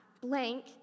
blank